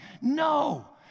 No